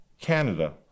Canada